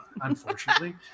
unfortunately